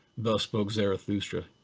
thus spoke zarathustra,